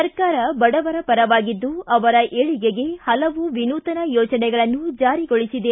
ಸರ್ಕಾರ ಬಡವರ ಪರವಾಗಿದ್ದು ಅವರ ಏಳಿಗೆಗೆ ಹಲವು ವಿನೂತನ ಯೋಜನೆಗಳನ್ನು ಜಾರಿಗೊಳಿಸಿದೆ